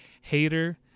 hater